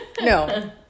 No